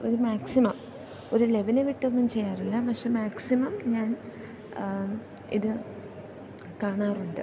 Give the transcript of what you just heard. ഒരു മാക്സിമം ഒരു ലെവല് വിട്ടൊന്നും ചെയ്യാറില്ല പക്ഷേ മാക്സിമം ഞാൻ ഇത് കാണാറുണ്ട്